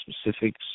specifics